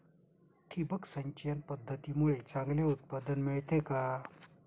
ठिबक सिंचन पद्धतीमुळे चांगले उत्पादन मिळते का?